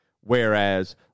Whereas